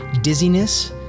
Dizziness